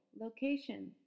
location